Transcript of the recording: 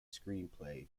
screenplay